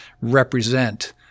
represent